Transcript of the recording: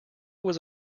was